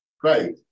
great